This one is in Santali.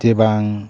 ᱪᱮ ᱵᱟᱝ